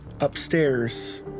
upstairs